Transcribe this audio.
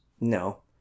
No